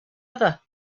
other